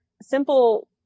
Simple